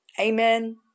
Amen